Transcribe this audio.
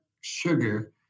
sugar